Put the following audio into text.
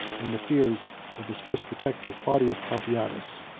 and the tears of his first protector claudius pompeianus,